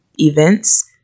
events